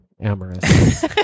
amorous